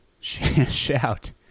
Shout